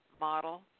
model